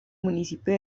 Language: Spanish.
municipio